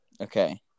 Okay